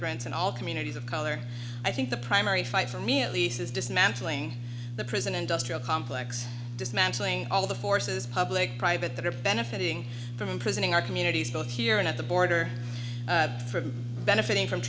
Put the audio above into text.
immigrants and all communities of color i think the primary fight for me at least is dismantling the prison industrial complex dismantling all the forces of public private that are benefiting from imprisoning our communities both here and at the border from benefiting from